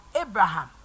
Abraham